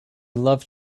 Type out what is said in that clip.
loved